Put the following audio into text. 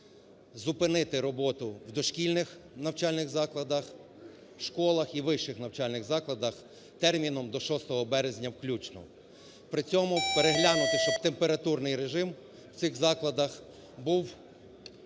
зупинити роботу в дошкільних навчальних закладах, школах і вищих навчальних закладах терміном до 6 березня включно. При цьому переглянути, щоб температурний режим у цих закладах був у